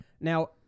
Now